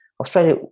Australia